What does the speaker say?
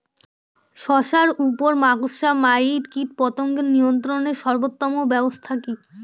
শশার উপর মাকড়সা মাইট কীটপতঙ্গ নিয়ন্ত্রণের সর্বোত্তম ব্যবস্থা কি?